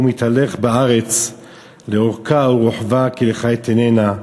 התהלך בארץ לארכה ולרחבה כי לך אתננה",